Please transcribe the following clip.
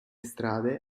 strade